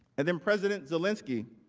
and and president zelensky